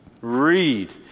Read